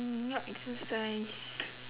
not exercise